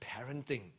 parenting